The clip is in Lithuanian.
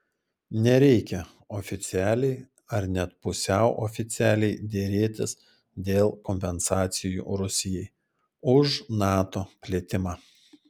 nereikia oficialiai ar net pusiau oficialiai derėtis dėl kompensacijų rusijai už nato plėtimą